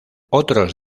otros